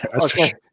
Okay